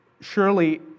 surely